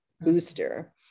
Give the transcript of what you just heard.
booster